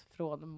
Från